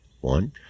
One